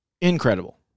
Incredible